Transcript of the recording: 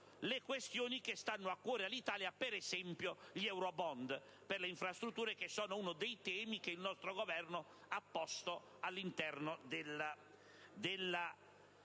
le questioni che stanno a cuore all'Italia come, per esempio, gli eurobond per le infrastrutture, uno dei temi che il nostro Governo ha posto all'interno dell'Unione